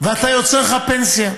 ואתה יוצר לך פנסיה.